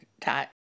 type